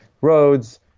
roads